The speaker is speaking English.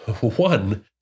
One